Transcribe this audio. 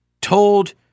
told